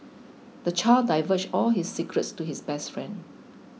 the child divulged all his secrets to his best friend